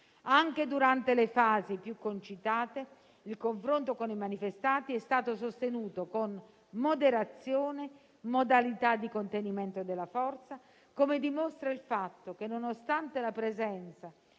Anche durante le fasi più concitate, il confronto con i manifestanti è stato sostenuto con moderazione e modalità di contenimento della forza, come dimostra il fatto che nonostante la presenza